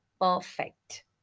perfect